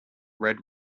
red